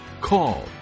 call